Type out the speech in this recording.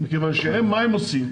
מפני שמה עושים?